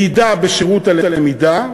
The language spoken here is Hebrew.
מדידה בשירות הלמידה,